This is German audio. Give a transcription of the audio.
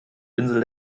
insel